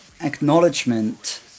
acknowledgement